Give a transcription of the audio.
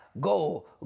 Go